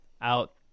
out